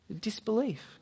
Disbelief